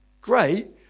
great